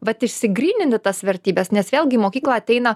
vat išsigryninti tas vertybes nes vėlgi į mokyklą ateina